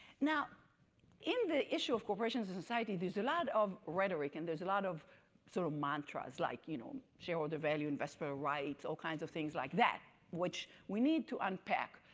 now in the issue of corporations and society, there's a lot of rhetoric and there's a lot of sort of mantras like you know shareholder value, investor rights, all kinds of things like that. which we need to unpack.